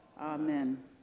Amen